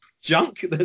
junk